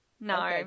No